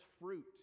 fruit